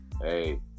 Hey